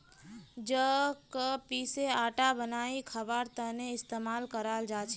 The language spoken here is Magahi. जौ क पीसे आटा बनई खबार त न इस्तमाल कराल जा छेक